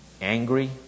angry